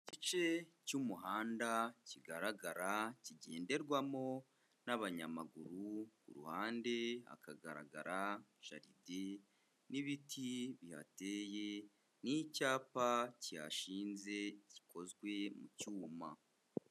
Igice cy'umuhanda kigaragara kigenderwamo n'abanyamaguru, ku ruhande hakagaragara jaride n'ibiti bihateye n'icyapa kihashinze gikozwe mu cyuma.